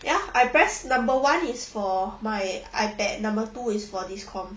ya I press number one is for my ipad number two is for this com